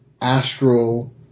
astral